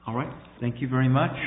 all right thank you very much